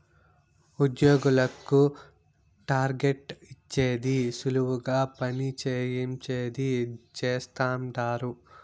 ఉద్యోగులకు టార్గెట్ ఇచ్చేది సులువుగా పని చేయించేది చేస్తండారు